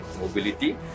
mobility